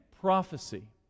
prophecy